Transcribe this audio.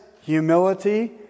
humility